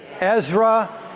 Ezra